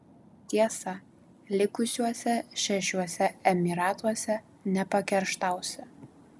tiesa likusiuose šešiuose emyratuose nepakerštausi